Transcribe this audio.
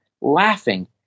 laughing